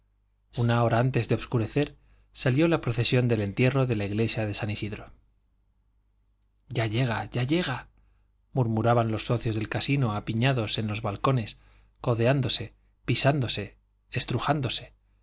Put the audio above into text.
una hora antes de obscurecer salió la procesión del entierro de la iglesia de san isidro ya llega ya llega murmuraban los socios del casino apiñados en los balcones codeándose pisándose estrujándose